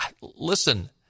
listen